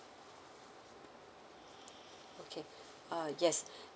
okay uh yes